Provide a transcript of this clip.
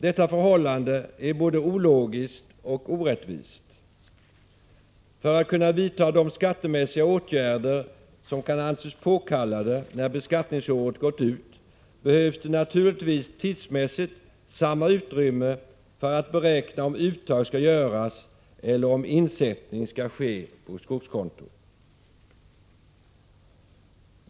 Detta förhållande är både ologiskt och orättvist. För att kunna vidta de skattemässiga åtgärder som kan anses påkallade när beskattningsåret gått ut behövs det naturligtvis tidsmässigt samma utrymme för att beräkna om uttag skall göras eller om insättning skall ske på skogskonto.